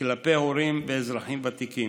כלפי הורים ואזרחים ותיקים.